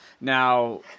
Now